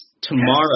Tomorrow